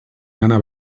nana